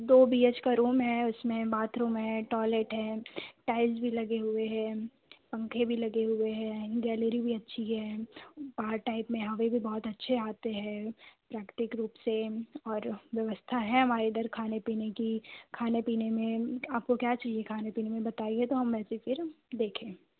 दो B H का room है उसमें बाथरूम है टॉलेट है टाईल्स भी लगे हुए हैं पंखे भी लगे हुए हैं गैलेरी भी अच्छी है बाहर टाइप में हमें भी बहुत अच्छी आते है प्राकृतिक रूप से और व्यवस्था है हमारे इधर खाने पीने की खाने पीने में आपको क्या चहिए खाने पीने में आप बताइए तो हम वैसे फिर देखें